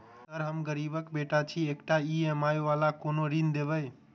Sir हम गरीबक बेटा छी एकटा ई.एम.आई वला कोनो ऋण देबै?